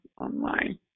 online